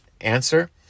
Answer